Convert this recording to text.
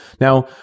Now